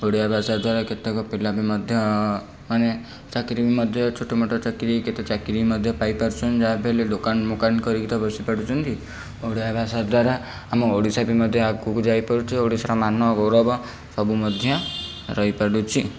ଓଡ଼ିଆ ଭାଷା ଦ୍ୱାରା କେତେକ ପିଲା ବି ମଧ୍ୟ ମାନେ ଚାକିରୀ ମଧ୍ୟ ଛୋଟ ମୋଟ ଚାକିରୀ କେତେ ଚାକିରୀ ମଧ୍ୟ ପାଇପାରୁଛନ୍ତି ଯାହାବି ହେଲେ ଦୋକାନ ମୋକାନ କରିକି ତ ବସି ପାରୁଛନ୍ତି ଓଡ଼ିଆ ଭାଷା ଦ୍ୱାରା ଆମ ଓଡ଼ିଶା ବି ମଧ୍ୟ ଆଗକୁ ଯାଇପାରୁଛି ଓଡ଼ିଶାର ମାନ ଗୌରବ ସବୁ ମଧ୍ୟ ରହିପାରୁଛି